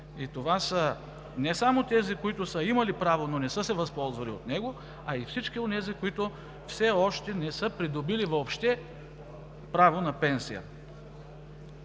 Това са не само тези, които са имали право, но не са се възползвали от него, а и всички онези, които все още не са придобили въобще право на пенсия.